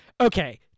Okay